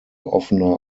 offener